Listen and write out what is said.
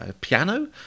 piano